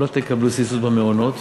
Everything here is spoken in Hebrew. לא תקבלו סבסוד במעונות